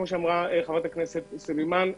כמו שאמרה חברת הכנסת סלימאן,